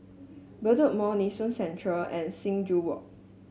Bedok Mall Nee Soon Central and Sing Joo Walk